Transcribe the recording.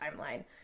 timeline